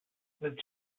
with